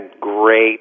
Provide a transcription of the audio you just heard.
great